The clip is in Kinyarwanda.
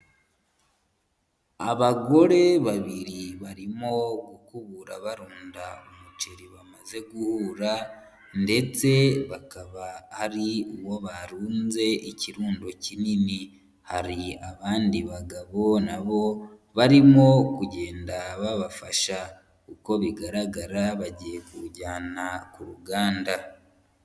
Abagore babiri barimo gukubura barunda umuceri bamaze guhura ndetse bakaba ari uwo barunze ikirundo kinini, hari abandi bagabo na bo barimo kugenda babafasha, uko bigaragara bagiye kuwujyana ku ruganda.